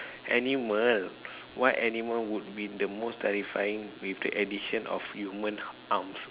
animal what animal would be the most terrifying with the addition of human arms